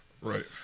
Right